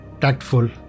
tactful